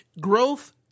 growth